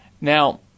Now